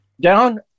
Down